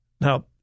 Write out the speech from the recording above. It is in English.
Now